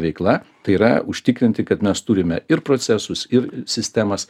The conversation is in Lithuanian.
veikla tai yra užtikrinti kad mes turime ir procesus ir sistemas